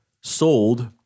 sold